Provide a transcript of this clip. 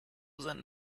seinen